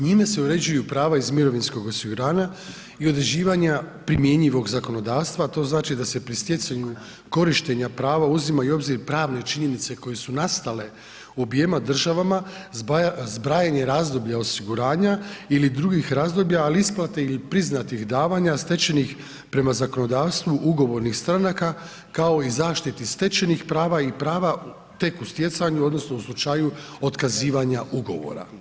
Njime se uređuju prava iz mirovinskog osiguranja i određivanja primjenjivog zakonodavstva, a to znači da se pri stjecanju korištenja prava uzimaju u obzir pravne činjenice koje su nastale objema državama, zbrajanje razdoblja osiguranja ili drugih razdoblja, ali i isplate i priznatih davanja stečenih prema zakonodavstvu ugovornih stranaka kao i zaštiti stečenih prava i prava tek u stjecanju odnosno u slučaju otkazivanja ugovora.